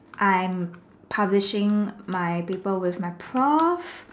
I'm publishing my papers with my pross